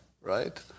Right